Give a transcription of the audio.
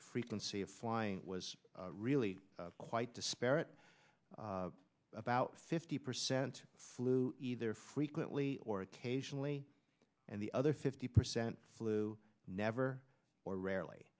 frequency of flying was really quite disparate about fifty percent flew either frequently or occasionally and the other fifty percent flew never or rarely